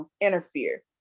interfere